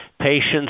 patients